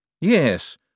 Yes